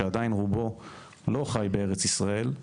שעדיין רובו לא חי בארץ ישראל,